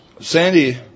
Sandy